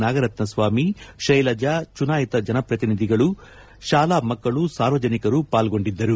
ನಾಗರತ್ನಸ್ಥಾಮಿ ಶೈಲಜಾ ಚುನಾಯಿತ ಪ್ರತಿನಿಧಿಗಳು ತಾಲಾ ಮಕ್ಕಳು ಸಾರ್ವಜನಿಕರು ಪಾಲ್ಗೊಂಡಿದ್ದರು